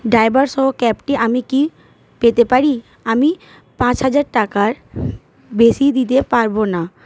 ড্রাইভারসহ ক্যাবটি আমি কি পেতে পারি আমি পাঁচ হাজার টাকার বেশি দিতে পারবো না